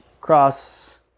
cross